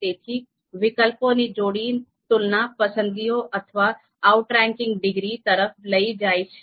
તેથી વિકલ્પોની જોડી તુલના પસંદગીઓ અથવા આઉટરેન્કિંગ ડિગ્રી તરફ લઇ જાય છે